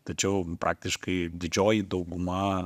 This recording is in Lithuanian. tačiau praktiškai didžioji dauguma